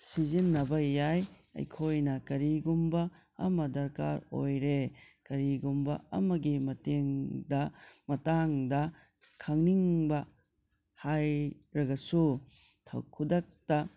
ꯁꯤꯖꯤꯟꯅꯕ ꯌꯥꯏ ꯑꯩꯈꯣꯏꯅ ꯀꯔꯤꯒꯨꯝꯕ ꯑꯃ ꯗꯔꯀꯥꯔ ꯑꯣꯏꯔꯦ ꯀꯔꯤꯒꯨꯝꯕ ꯑꯃꯒꯤ ꯃꯇꯦꯡꯗ ꯃꯇꯥꯡꯗ ꯈꯪꯅꯤꯡꯕ ꯍꯥꯏꯔꯒꯁꯨ ꯈꯨꯗꯛꯇ